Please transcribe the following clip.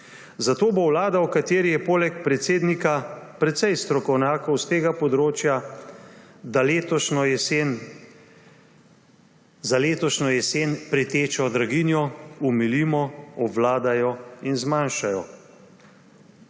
Zato bo vlada, v kateri je poleg predsednika precej strokovnjakov s tega področja, za letošnjo jesen pretečo draginjo omilimo, obvladajo in zmanjšajo.